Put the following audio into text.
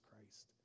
Christ